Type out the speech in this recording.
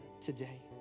today